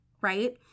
right